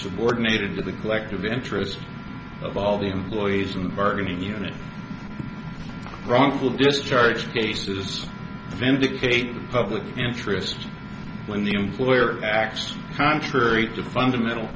subordinated to the collective interests of all the employees in the bargaining unit wrongful discharge cases vindicate public interest in the employer acts contrary to fundamental